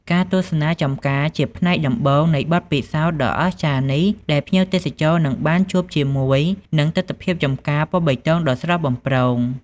ការទស្សនាចម្ការ ជាផ្នែកដំបូងនៃបទពិសោធន៍ដ៏អស្ចារ្យនេះ ដែលភ្ញៀវទេសចរនឹងបានជួបជាមួយនឹងទិដ្ឋភាពចម្ការពណ៌បៃតងដ៏ស្រស់បំព្រង។